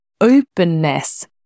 openness